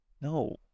No